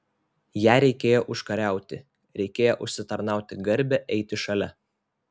ją reikėjo užkariauti reikėjo užsitarnauti garbę eiti šalia